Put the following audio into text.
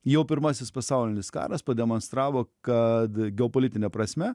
jau pirmasis pasaulinis karas pademonstravo kad geopolitine prasme